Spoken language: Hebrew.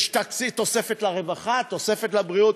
יש תוספת לרווחה, תוספת לבריאות.